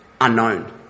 unknown